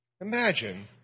Imagine